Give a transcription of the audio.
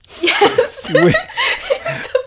Yes